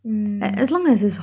mm